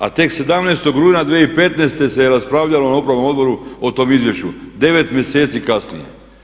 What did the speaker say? A tek 17. rujna 2015. se je raspravljalo na upravnom odboru o tom izvješću, 9 mjeseci kasnije.